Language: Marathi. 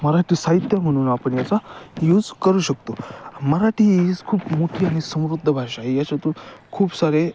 मराठी साहित्य म्हणून आपण याचा यूज करू शकतो मराठी हीच खूप मोठी आणि समृद्ध भाषा आहे याच्यातून खूप सारे